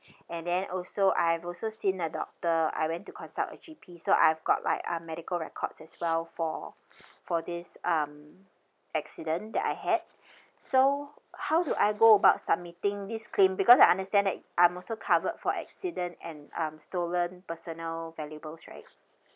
and then also I've also seen a doctor I went to consult a G_P so I've got like uh medical records as well for for this um accident that I had so how do I go about submitting this claim because I understand that I'm also covered for accident and um stolen personal valuables right